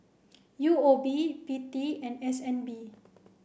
U O B P T and S N B